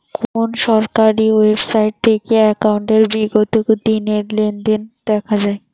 কোন সরকারি ওয়েবসাইট থেকে একাউন্টের বিগত দিনের লেনদেন দেখা যায়?